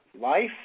Life